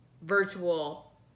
virtual